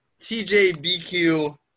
tjbq